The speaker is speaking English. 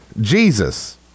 Jesus